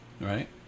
Right